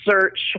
search